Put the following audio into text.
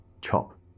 Chop